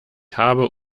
habe